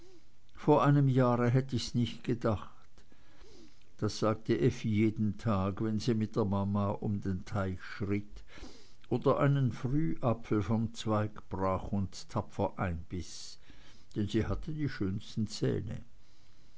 vor einem jahr hätte ich's nicht gedacht das sagte effi jeden tag wenn sie mit der mama um den teich schritt oder einen frühapfel vom zweig brach und tapfer einbiß denn sie hatte die schönsten zähne